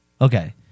Okay